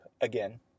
again